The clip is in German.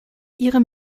ihre